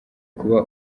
kuba